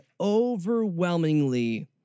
overwhelmingly